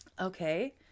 Okay